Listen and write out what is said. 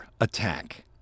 attack